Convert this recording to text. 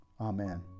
amen